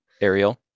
ariel